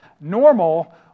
normal